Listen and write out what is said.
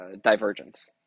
divergence